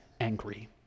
angry